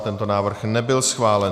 Tento návrh nebyl schválen.